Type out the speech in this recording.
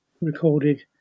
recorded